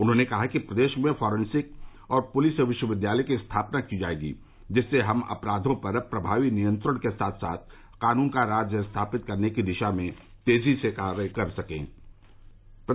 उन्होंने कहा कि प्रदेश में फॉरेंसिक और पुलिस विश्वविद्यालय की स्थापना की जाएगी जिससे हम अपराधों पर प्रभावी नियंत्रण के साथ साथ कानून का राज स्थापित करने की दिशा में तेजी से कार्य कर सकेंगे